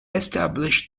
established